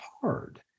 hard